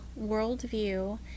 worldview